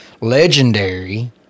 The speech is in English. legendary